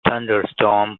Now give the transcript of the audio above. thunderstorm